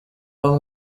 w’uwo